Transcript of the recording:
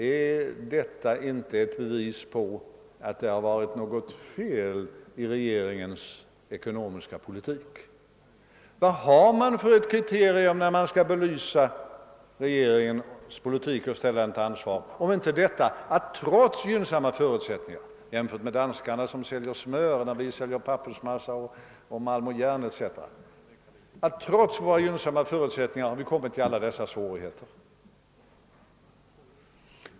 Är detta inte ett bevis på att det har varit något fel med regeringens ekonomiska politik? Vad har man för kriterium när man skall belysa regeringens politik och ställa den till ansvar om inte detta att vi trots gynsamma förutsättningar jämfört med t.ex. danskarna som säljer smör när vi säljer pappersmassa, malm och järn, kommit i alla dessa svårigheter?